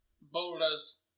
boulders